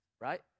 right